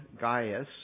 Gaius